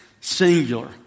singular